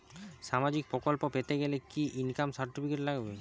সামাজীক প্রকল্প পেতে গেলে কি ইনকাম সার্টিফিকেট লাগবে?